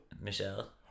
Michelle